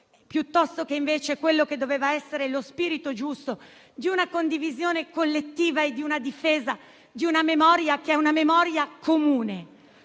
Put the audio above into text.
piuttosto che invece quello che doveva essere lo spirito giusto di condivisione collettiva e della difesa di una memoria comune,